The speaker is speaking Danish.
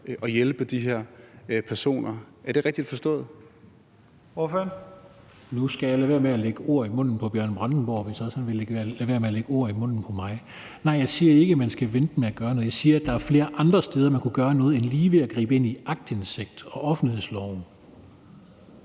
Ordføreren. Kl. 15:46 Steffen Larsen (LA): Nu skal jeg lade være med at lægge ord i munden på hr. Bjørn Brandenborg, hvis han så også vil lade være med at lægge ord i munden på mig. Nej, jeg siger ikke, at man skal vente med at gøre noget. Jeg siger, at der er flere andre steder, man kunne gøre noget, end lige at gribe ind i aktindsigten og offentlighedsloven.